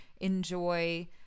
enjoy